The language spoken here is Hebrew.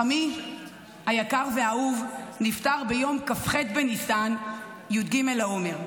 חמי היקר והאהוב נפטר ביום כ"ח בניסן, י"ג לעומר.